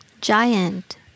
giant